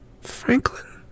Franklin